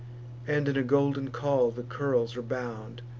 and in a golden caul the curls are bound.